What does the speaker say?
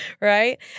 Right